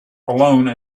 alone